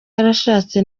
yarashatse